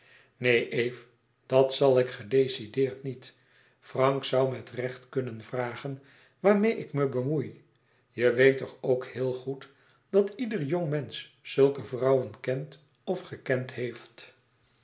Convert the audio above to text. neen eve dat zal ik gedecideerd niet frank zoû met recht kunnen vragen waarmeê ik me bemoei je weet toch ook heel goed dat ieder jongmensch zulke vrouwen kent of gekend heeft